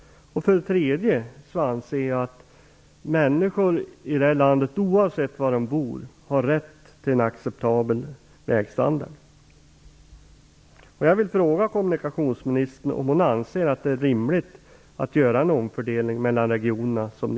För det tredje anser jag att människor i detta land, oavsett var de bor, har rätt till en acceptabel vägstandard.